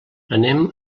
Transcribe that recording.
anem